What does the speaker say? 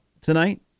Tonight